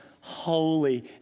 holy